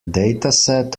dataset